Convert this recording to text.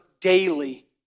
daily